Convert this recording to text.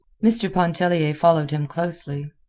mr. pontellier followed him closely.